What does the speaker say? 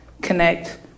connect